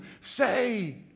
say